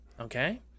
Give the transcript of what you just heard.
okay